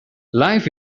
life